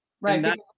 Right